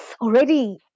already